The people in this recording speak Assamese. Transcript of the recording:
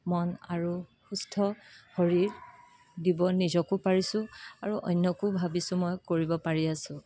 মন আৰু সুস্থ শৰীৰ দিব নিজকো পাৰিছো আৰু অন্যকো ভাবিছো মই কৰিব পাৰি আছো